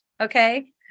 Okay